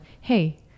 hey